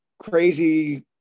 crazy